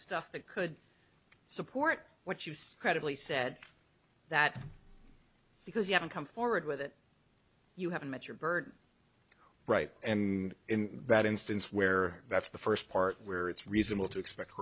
stuff that could support what you said credibly said that because you haven't come forward with it you haven't met your bird or right and in that instance where that's the first part where it's reasonable to expect